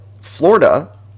Florida